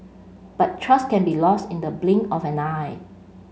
but trust can be lost in the blink of an eye